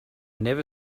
never